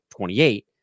28